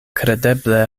kredeble